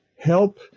help